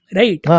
right